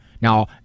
Now